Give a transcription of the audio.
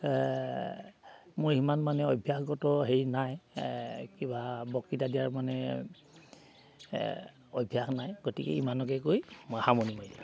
মোৰ সিমান মানে অভ্যাসগত হেৰি নাই কিবা বক্তৃতা দিয়াৰ মানে অভ্যাস নাই গতিকে ইমানকে কৈ মই সামৰণি মাৰিলোঁ